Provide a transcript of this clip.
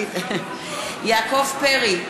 בעד יעקב פרי,